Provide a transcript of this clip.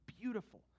beautiful